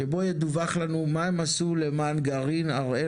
שבו ידווח לנו מה הם עשו למען גרעין הראל